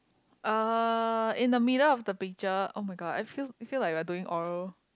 uh in the middle of the picture [oh]-my-god I feel it feel like we are doing oral